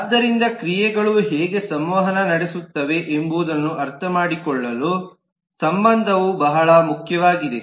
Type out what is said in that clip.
ಆದ್ದರಿಂದ ಕ್ರಿಯೆಗಳು ಹೇಗೆ ಸಂವಹನ ನಡೆಸುತ್ತವೆ ಎಂಬುದನ್ನು ಅರ್ಥಮಾಡಿಕೊಳ್ಳಲು ಸಂಬಂಧವು ಬಹಳ ಮುಖ್ಯವಾಗಿದೆ